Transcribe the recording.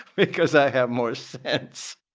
because i have more sense